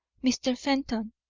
mr. fenton,